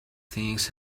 things